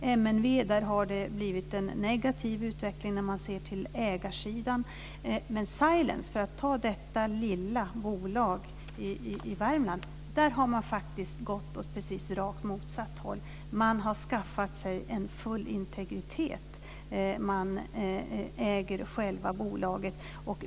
När det gäller MNW har det blivit en negativ utveckling om man ser till ägarsidan. Men Silence, för att ta detta lilla bolag i Värmland, har gått åt precis rakt motsatt håll. Man har skaffat sig en full integritet. Man äger själva bolaget.